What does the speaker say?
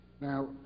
Now